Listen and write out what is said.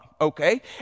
okay